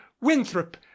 winthrop